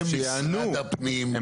משרד הפנים ענה,